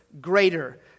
greater